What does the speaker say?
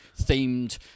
themed